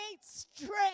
strength